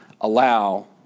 allow